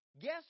Guess